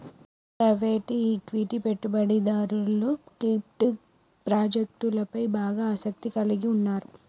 private equity పెట్టుబడిదారులు crypto ప్రాజెక్టులపై బాగా ఆసక్తిని కలిగి ఉన్నరు